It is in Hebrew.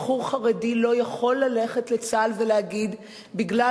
בחור חרדי לא יכול ללכת לצה"ל ולהגיד: מכיוון